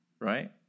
Right